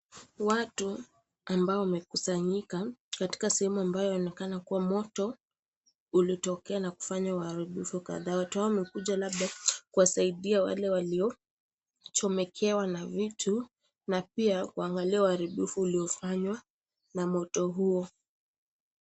Watu ambao wamekusanyika katika sehemu ambayo inaonekana kuwa moto ulitokea na kufanya uharibifu kadhaa. Watu hao wamekuja labda kuwasaidia wale waliochomekewa na vitu na pia kuangalia uharibifu uliofanywa na moto huo.